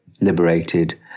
liberated